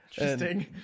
interesting